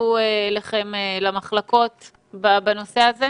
שהתווספו למחלקות בנושא הה?